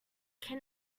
can